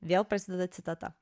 vėl prasideda citata